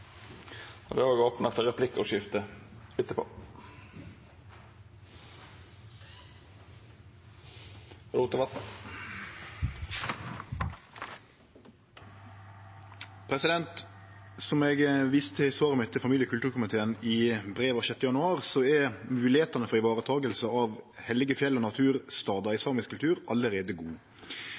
Som eg viste til i svaret mitt til familie- og kulturkomiteen i brev av 6. januar, er moglegheitene for å ta vare på heilage fjell og naturstader i samisk kultur allereie gode.